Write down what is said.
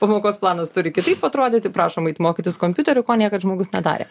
pamokos planas turi kitaip atrodyti prašom eit mokytis kompiuterių ko niekad žmogus nedarė